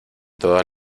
todas